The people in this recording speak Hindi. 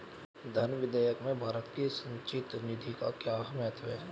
धन विधेयक में भारत की संचित निधि का क्या महत्व है?